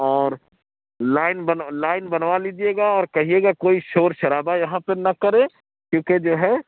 اور لائن بنا لائن بنوا لیجیے گا اور کہیے گا کوئی شور شرابہ یہاں پہ نہ کرے کیونکہ جو ہے